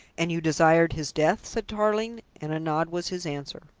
and you desired his death? said tarling, and a nod was his answer.